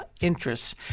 interests